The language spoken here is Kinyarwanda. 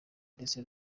ndetse